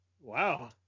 Wow